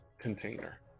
container